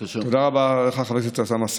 רבה לך, חבר הכנסת אוסאמה סעדי.